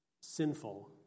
sinful